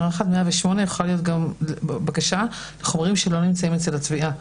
שב-108 יכול להיות גם בקשה לחומרים שלא נמצאים אצל התביעה.